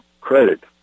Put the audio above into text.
credit